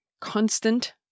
constant